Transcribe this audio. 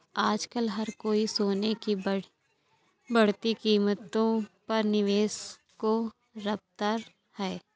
आजकल हर कोई सोने की बढ़ती कीमतों पर निवेश को तत्पर है